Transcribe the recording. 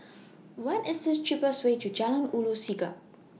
What IS The cheapest Way to Jalan Ulu Siglap